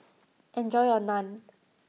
enjoy your Naan